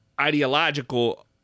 ideological